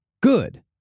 good